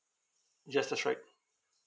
yes that's right